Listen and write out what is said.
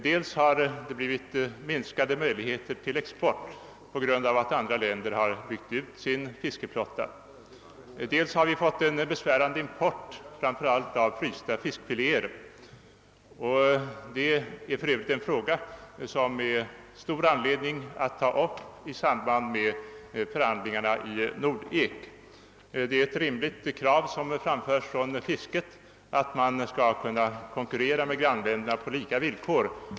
Dels har det blivit minskade möjligheter till export på grund av att andra länder byggt ut sin fiskeflotta, dels har vi fått en besvärande import av frysta fiskfiléer. Det är för övrigt en fråga som det finns stor anledning att ta upp i samband med förhandlingarna i Nordek. Det är ett rimligt krav som framförts från fiskerinäringen att man skall kunna konkurrera med grannländerna på lika villkor.